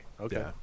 Okay